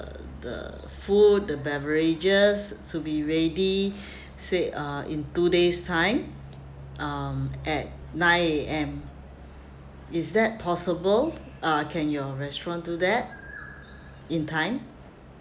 uh the food the beverages to be ready said uh in two days time um at nine A_M is that possible uh can your restaurant do that in time